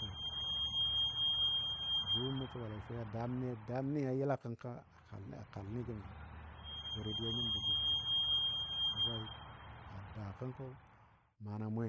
To jʊ mə suwalei fou damni damni a yəla kənkɔ kal ni gəmi bwe dadiya nyimbɔ. jʊgɔ wo. a daa kənkɔ mana mwe.